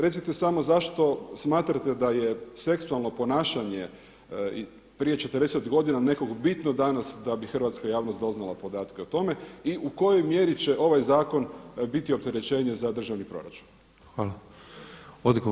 Recite samo zašto smatrate da je seksualno ponašanje prije 40 godina nekom bitno danas da bi hrvatska javnost doznala podatke o tome i u kojoj mjeri će ovaj zakon biti opterećenje za državni proračun?